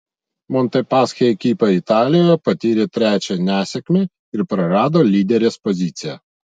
montepaschi ekipa italijoje patyrė trečią nesėkmę ir prarado lyderės poziciją